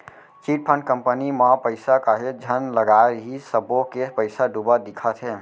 chit fund company म पइसा काहेच झन लगाय रिहिस सब्बो के पइसा डूबत दिखत हे